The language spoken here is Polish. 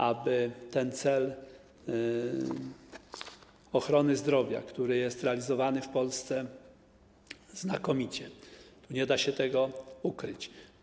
Aby cel ochrony zdrowia, który jest realizowany w Polsce znakomicie, nie da się tego ukryć.